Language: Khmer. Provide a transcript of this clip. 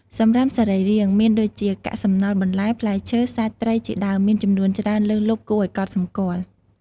សំរាមសរីរាង្គមានដូចជា កាកសំណល់បន្លែ ផ្លែឈើ សាច់ ត្រី ជាដើម មានចំនួនច្រើនលើសលប់គួរឱ្យកត់សម្គាល់។